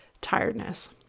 tiredness